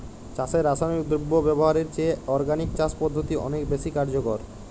চাষে রাসায়নিক দ্রব্য ব্যবহারের চেয়ে অর্গানিক চাষ পদ্ধতি অনেক বেশি কার্যকর